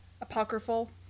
apocryphal